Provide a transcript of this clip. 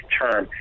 term